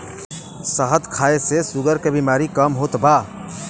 शहद खाए से शुगर के बेमारी कम होत बा